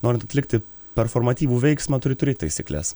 norint atlikti performatyvų veiksmą turi turėt taisykles